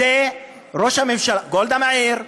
זאת גולדה מאיר,